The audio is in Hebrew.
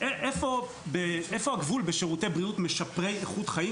איפה הגבול ב"שירותי בריאות משפרי איכות חיים",